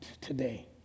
today